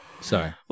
Sorry